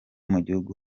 mugihugu